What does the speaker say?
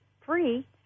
free